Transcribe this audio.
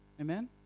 Amen